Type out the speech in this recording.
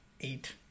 eight